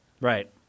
Right